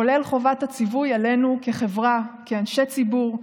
כולל חובת הציווי עלינו כחברה, כאנשי ציבור,